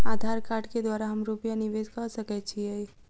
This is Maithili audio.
आधार कार्ड केँ द्वारा हम रूपया निवेश कऽ सकैत छीयै?